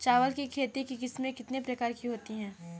चावल की खेती की किस्में कितने प्रकार की होती हैं?